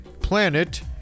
planet